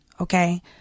Okay